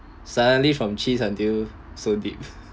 suddenly from cheese until so deep